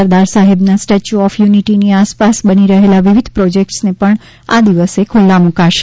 સરદાર સાહેબના statue of યુનિટીની આસપાસ બની રહેલા વિવિધ પ્રોજેક્ટસને પણ આ દિવસે ખૂલ્લા મૂકાશે